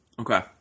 Okay